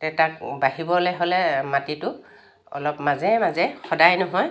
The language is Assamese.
তে তাক বাঢ়িবলৈ হ'লে মাটিটো অলপ মাজে মাজে সদায় নহয়